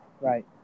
Right